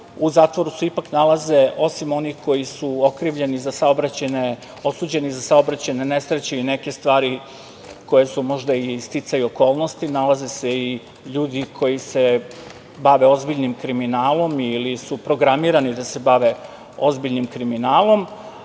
zatvoru se ipak nalaze osim onih koji su okrivljeni i osuđeni za saobraćajne nesreće i neke stvari koje su možda i sticaj okolnosti, nalaze se i ljudi koji se bave ozbiljnim kriminalom ili su programirani da se bave ozbiljnim kriminalom.